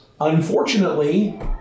unfortunately